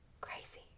Crazy